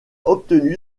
obtenu